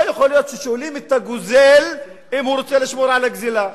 לא יכול להיות ששואלים את הגוזֵל אם הוא רוצה לשמור על הגזלה,